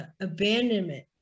abandonment